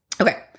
Okay